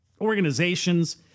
organizations